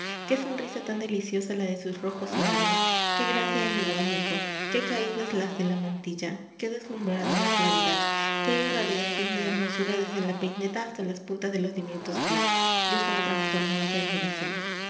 qué sonrisa tan deliciosa la de sus rojos labios qué gracia en el abanico qué caídas las de la mantilla qué deslumbradora claridad qué irradiación de hermosura desde la peineta hasta las puntas de los diminutos pies yo estaba trastornado de admiración